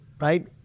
right